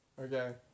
Okay